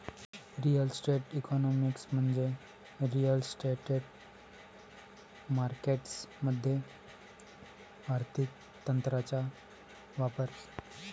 real estate economics म्हणजे real estate markets मध्ये आर्थिक तंत्रांचा वापर